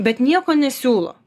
bet nieko nesiūlo